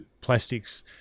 plastics